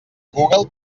google